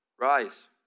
Rise